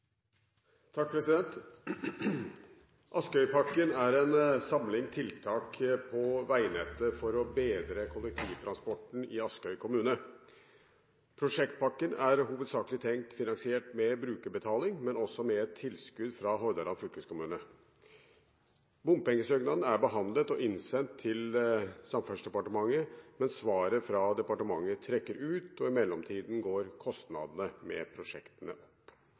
er en samling tiltak på veinettet som skal bedre kollektivtransporten i Askøy kommune. Prosjektpakken er hovedsakelig tenkt finansiert med brukerbetaling, men også med et tilskudd fra Hordaland fylkeskommune. Bompengesøknaden er behandlet og innsendt til Samferdselsdepartementet, men svaret fra departementet trekker ut og i mellomtiden går kostnadene